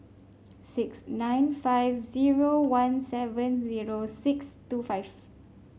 six nine five zero one seven zero six two five